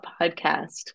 podcast